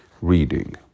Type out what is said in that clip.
Reading